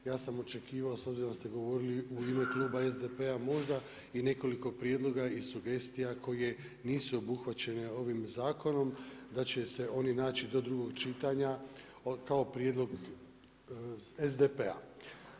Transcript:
Ja sam očekivao, s obzirom da ste govorili u ime Kluba SDP-a možda i nekoliko prijedloga i sugestija, koje nisu obuhvaćene ovim zakonom, da će se oni naći do drugog čitanja, kao prijedlog SDP-a.